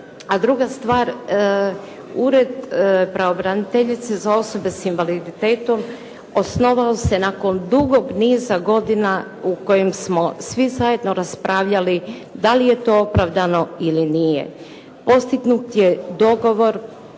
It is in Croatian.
A druga stvar, Ured pravobraniteljice za osobe sa invaliditetom osnovao se nakon dugog niza godina u kojem smo svi zajedno raspravljali da li je to opravdano ili nije. Postignut je dogovor,